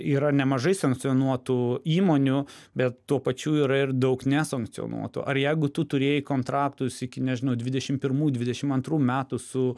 yra nemažai sankcionuotų įmonių bet tuo pačiu yra ir daug nesankcionuotų ar jeigu tu turėjai kontraktus iki nežinau dvidešim pirmų dvidešim antrų metų su